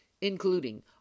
including